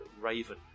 Raven